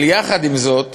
אבל יחד עם זאת,